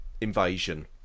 invasion